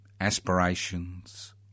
aspirations